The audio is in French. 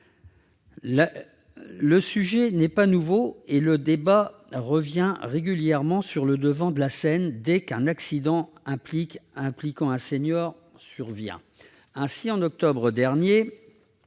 Le sujet n'est pas nouveau et le débat revient régulièrement sur le devant de la scène, dès qu'un accident impliquant un senior survient. Ainsi, en octobre dernier,